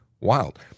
wild